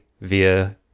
via